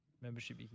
membership